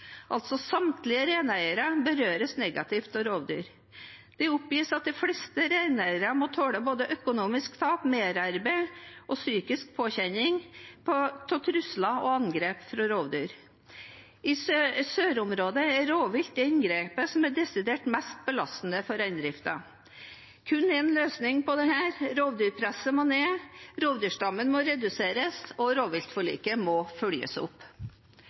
altså samtlige reineiere berøres negativt av rovdyr. Det oppgis at de fleste reineiere må tåle både økonomiske tap, merarbeid og psykisk påkjenning på grunn av trusler og angrep fra rovdyr. I sørområdet er rovvilt det inngrepet som er desidert mest belastende for reindriften. Det er kun én løsning på dette: Rovdyrpresset må ned, rovdyrstammen må reduseres, og rovviltforliket må følges opp.